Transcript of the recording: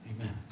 Amen